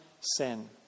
sin